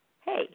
hey